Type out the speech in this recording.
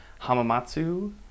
Hamamatsu